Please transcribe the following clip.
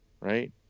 right